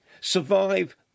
survive